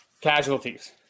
casualties